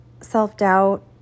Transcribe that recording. self-doubt